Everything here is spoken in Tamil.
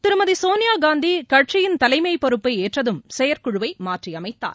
திருமதி சோனியா காந்தி கட்சியின் தலைமைப் பொறுப்பை ஏற்றதும் செயற்குழுவை மாற்றியமைத்தார்